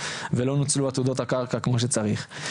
ולא נוצלו עתודות הקרקע כמו שצריך.